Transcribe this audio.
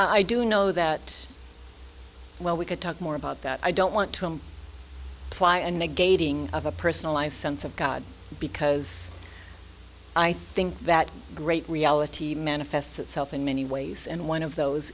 i do know that well we could talk more about that i don't want to playa negating of a personal life sense of god because i think that great reality manifests itself in many ways and one of those